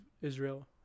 Israel